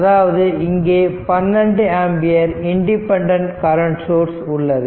அதாவது இங்கே 12 ampere independent current source உள்ளது